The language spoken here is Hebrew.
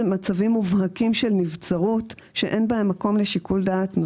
מצבים מובהקים של נבצרות שאין בהם מקום לשיקול דעת.